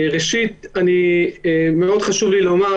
ראשית, מאוד חשוב לי לומר